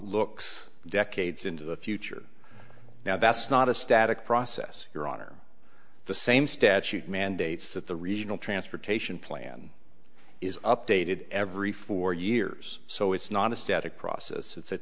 looks decades into the future now that's not a static process your honor the same statute mandates that the regional transportation plan is updated every four years so it's not a static process it's